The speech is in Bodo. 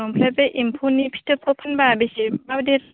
ओमफ्राय बे एम्फौ नि फिथोबखौ फानबा बेसे